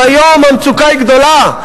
אבל היום המצוקה היא גדולה.